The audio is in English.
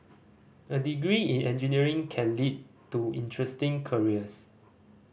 a degree in engineering can lead to interesting careers